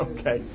Okay